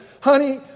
Honey